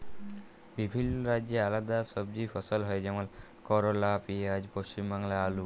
বিভিল্য রাজ্যে আলেদা সবজি ফসল হ্যয় যেমল করলা, পিয়াঁজ, পশ্চিম বাংলায় আলু